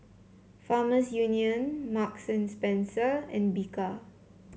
Farmers Union Marks and Spencer and Bika